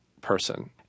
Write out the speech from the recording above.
person